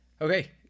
Okay